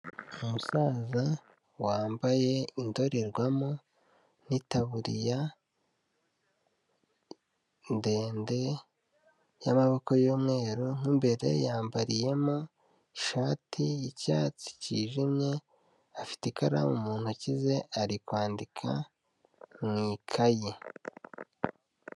Umusaza wambaye indorerwamo n'itaburiya ndende y'amaboko y'umweru, mo imbere yambariyemo ishati y'icyatsi cyijimye afite ikaramu mu ntoki ze ari kwandika mu ikaye.